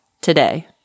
today